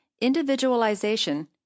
individualization